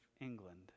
England